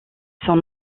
son